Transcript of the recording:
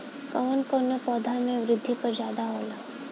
कवन कवने पौधा में वृद्धि दर ज्यादा होला?